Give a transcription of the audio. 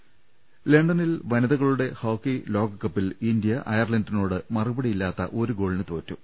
്്്്്്്്് ലണ്ടനിൽ വനിതകളുടെ ഹോക്കി ലോകകപ്പിൽ ഇന്ത്യ അയർലന്റിനോട് മറുപടിയി ല്ലാത്ത ഒരു ഗോളിന് തോറ്റു